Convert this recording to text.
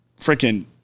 freaking